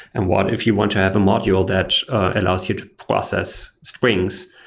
and what if you want to have a module that allows you to process strings?